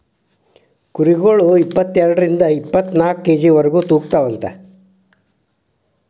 ಕುರಿಗಳ ಇಪ್ಪತೆರಡರಿಂದ ಇಪ್ಪತ್ತನಾಕ ಕೆ.ಜಿ ವರೆಗು ತೂಗತಾವಂತ